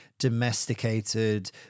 domesticated